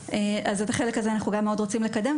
ואת החלק הזה אנחנו מאוד רוצים לקדם.